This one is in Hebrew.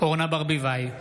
אורנה ברביבאי,